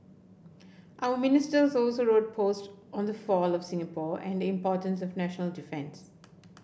other Ministers also wrote posts on the fall of Singapore and the importance of national defence